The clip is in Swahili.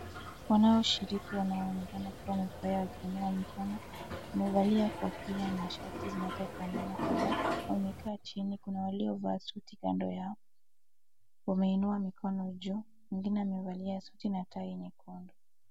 Wanaoshiriki wanaonekana kuwa wamefurahia wakiinua mikono. Wamevalia kofia na shati zinazofanana. Kadhaa wamekaa chini, kuna waliovaa suti kando yao wameinua mikono juu. Wengine wamevalia suti na tai nyekundu.